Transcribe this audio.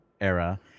era